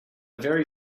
very